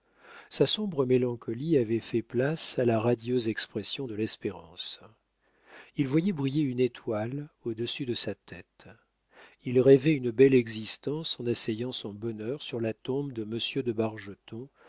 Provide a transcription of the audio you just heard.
sa sombre mélancolie avait fait place à la radieuse expression de l'espérance il voyait briller une étoile au-dessus de sa tête il rêvait une belle existence en asseyant son bonheur sur la tombe de